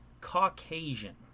Caucasian